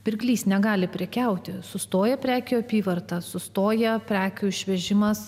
pirklys negali prekiauti sustoja prekių apyvarta sustoja prekių išvežimas